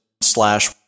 slash